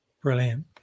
Brilliant